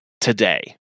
today